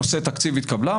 בנושאי תקציב התקבלה,